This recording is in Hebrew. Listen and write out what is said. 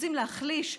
רוצים להחליש,